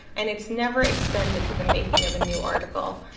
and it's never extended to the making of a new article.